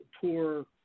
poor